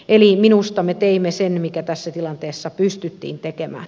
eli minusta me teimme sen mikä tässä tilanteessa pystyttiin tekemään